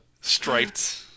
Striped